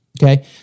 Okay